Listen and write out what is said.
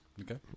Okay